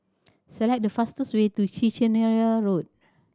select the fastest way to Kiichener Link